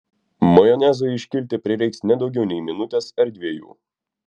majonezui iškilti prireiks ne daugiau nei minutės ar dviejų